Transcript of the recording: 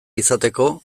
izateko